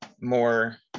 more